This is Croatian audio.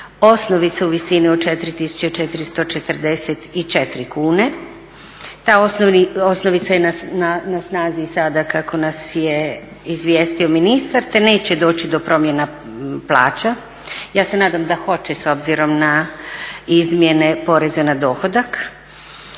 osnovica u visini od 4444 kune. Ta osnovica je na snazi i sada kako nas je izvijestio ministar, te neće doći do promjena plaća. Ja se nadam da hoće s obzirom na izmjene poreza na dohodak.